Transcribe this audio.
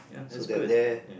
so they're there